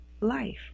life